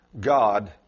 God